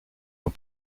aux